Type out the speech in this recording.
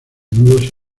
nudos